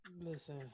Listen